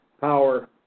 power